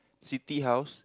city house